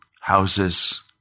houses